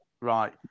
Right